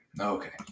Okay